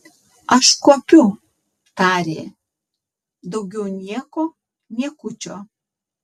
aš kuopiu tarė daugiau nieko niekučio